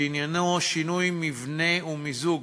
שעניינו שינוי מבנה ומיזוג